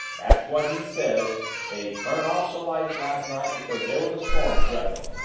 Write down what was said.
that's what he says they turned off the lights last night because there was a storm threatening.